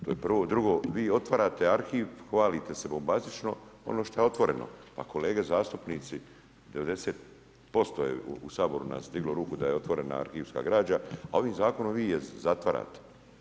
To je prvo, drugo, vi otvarate arhiv, hvalite se bombastično, ono što je otvoreno, a kolege zastupnice 90% je u Saboru nas digla ruku da je otvorena arhivska građa, a ovim zakonom vi ih zatvarate.